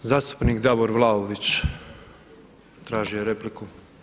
Zastupnik Davor Vlaović tražio je repliku.